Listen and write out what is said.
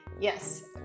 Yes